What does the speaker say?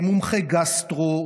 מומחי גסטרו,